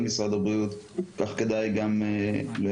על משרד הבריאות כך כדאי גם לנכבדים,